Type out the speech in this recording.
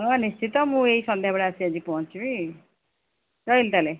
ହଁ ନିଶ୍ଚିନ୍ତ ମୁଁ ଏଇ ସନ୍ଧ୍ୟା ବେଳେ ଆସି ପହଞ୍ଚିବି ରହିଲି ତାହେଲେ